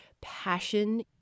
passion